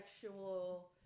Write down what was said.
Sexual